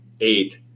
eight